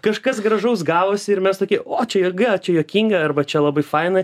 kažkas gražaus gavosi ir mes tokie o čia jėga čia juokinga arba čia labai faina